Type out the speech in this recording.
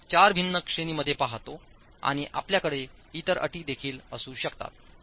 तर कोड चार भिन्न श्रेणींमध्ये पाहतो आणि आपल्याकडे इतर अटी देखील असू शकतात